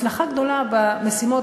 הצלחה גדולה במשימות,